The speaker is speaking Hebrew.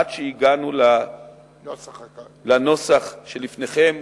עד שהגענו לנוסח שלפניכם,